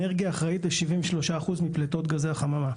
אנרגיה האחראית ל-73 אחוז מפליטות גזי החממה.